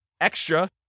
extra